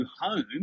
home